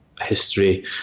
history